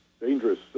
dangerous